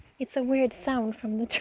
it's a weird sound from